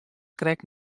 krekt